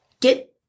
get